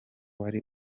wari